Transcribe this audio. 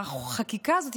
שהחקיקה הזאת,